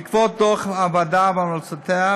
בעקבות דוח הוועדה והמלצותיה,